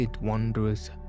wanderers